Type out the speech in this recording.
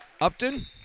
Upton